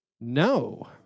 No